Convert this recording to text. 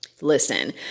Listen